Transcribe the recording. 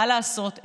מה לעשות,